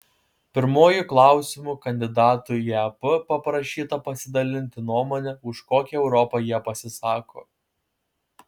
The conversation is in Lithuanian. pirmuoju klausimu kandidatų į ep paprašyta pasidalinti nuomone už kokią europą jie pasisako